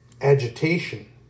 agitation